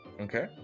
Okay